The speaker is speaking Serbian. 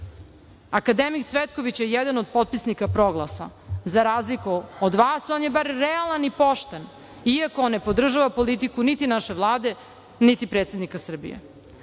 akademik Cvetković je jedan od potpisnika Proglasa. Za razliku od vas, on je bar realan i pošten, iako ne podržava politiku niti naše Vlade, niti predsednika Srbije. Ali,